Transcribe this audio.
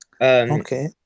Okay